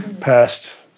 passed